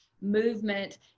movement